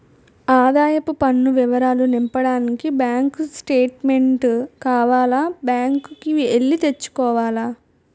ఆదాయపు పన్ను వివరాలు నింపడానికి బ్యాంకు స్టేట్మెంటు కావాల బ్యాంకు కి ఎల్లి తెచ్చుకోవాల